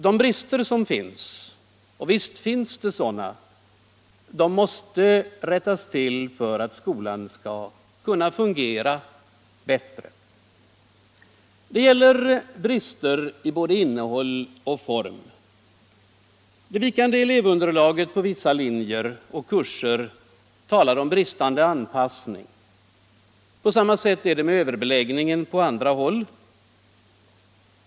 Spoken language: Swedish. De brister som finns — och visst finns det sådana — måste rättas till för att skolan skall kunna fungera bättre. Det gäller brister i både innehåll och form. Det vikande elevunderlaget på vissa linjer och kurser talar om bristande anpassning. På samma sätt är det med överbeläggningen på andra håll.